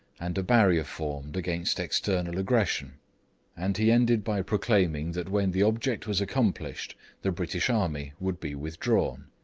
and a barrier formed against external aggression and he ended by pro claiming that when the object was accomplished the british army would be withdrawn.